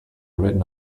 written